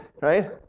right